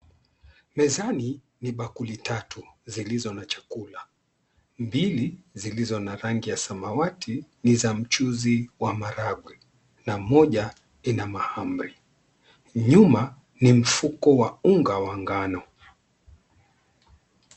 Mezani ni bakuli tatu zilizo na chakula , mbili zilizo na rangi ya samawati ni za mchuuzi wa maharagwe na moja ina mahamri. Nyuma ni mfuko wa unga wa ngano.